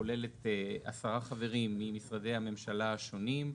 שכוללת עשרה חברים ממשרדי הממשלה השונים,